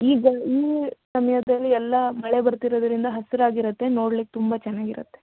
ಈಗ ಈ ಸಮಯದಲ್ಲಿ ಎಲ್ಲ ಮಳೆ ಬರ್ತಿರೋದ್ರಿಂದ ಹಸಿರಾಗಿರತ್ತೆ ನೋಡಲಿಕ್ಕೆ ತುಂಬ ಚೆನ್ನಾಗಿರತ್ತೆ